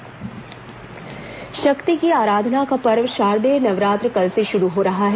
शारदेय नवरात्र शक्ति की आराधना का पर्व शारदेय नवरात्र कल से शुरू हो रहा है